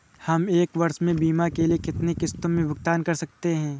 हम एक वर्ष में बीमा के लिए कितनी किश्तों में भुगतान कर सकते हैं?